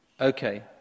Okay